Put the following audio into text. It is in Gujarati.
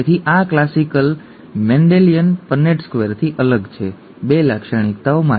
તેથી આ ક્લાસિક મેન્ડેલિયન પન્નેટ સ્ક્વેરથી અલગ છે 2 લાક્ષણિકતાઓ માટે